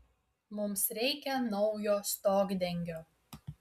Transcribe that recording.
mums reikia naujo stogdengio